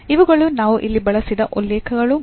ಇವುಗಳು ನಾವು ಇಲ್ಲಿ ಬಳಸಿದ ಉಲ್ಲೇಖಗಳು ಮತ್ತು